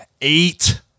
eight